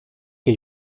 que